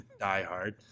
diehard